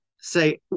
say